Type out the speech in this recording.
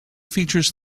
features